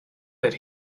that